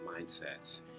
mindsets